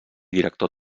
director